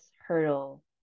hurdle